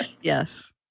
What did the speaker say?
Yes